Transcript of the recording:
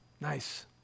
Nice